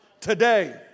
today